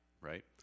right